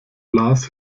las